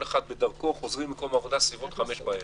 חוזרים ממקום העבודה ב-17:00.